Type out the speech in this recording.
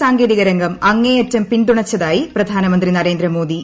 സാങ്കേതിക രംഗം അങ്ങേയറ്റം പിന്തുണച്ചതായി പ്രധാനമന്ത്രി നരേന്ദ്രമോദി